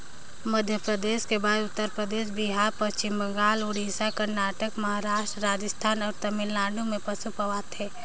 मध्यपरदेस कर बाद उत्तर परदेस, बिहार, पच्छिम बंगाल, उड़ीसा, करनाटक, महारास्ट, राजिस्थान अउ तमिलनाडु में पसु पवाथे